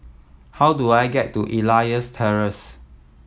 how do I get to Elias Terrace